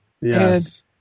Yes